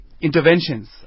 Interventions